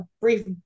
brief